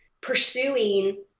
pursuing